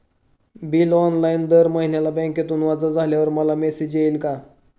Bill online दर महिन्याला बँकेतून वजा झाल्यावर मला मेसेज येईल का?